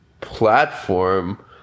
platform